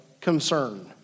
concern